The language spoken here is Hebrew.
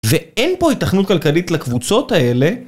ואין פה התכנות כלכלית לקבוצות האלה.